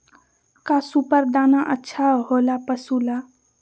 का सुपर दाना अच्छा हो ला पशु ला?